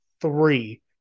three